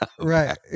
Right